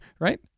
right